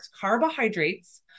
Carbohydrates